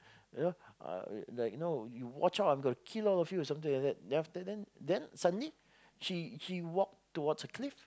you know uh like you know you watch out I'm gonna kill all of you or something like that then suddenly she she walked towards a cliff